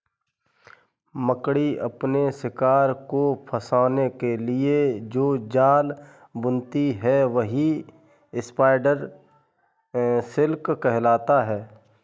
मकड़ी अपने शिकार को फंसाने के लिए जो जाल बुनती है वही स्पाइडर सिल्क कहलाता है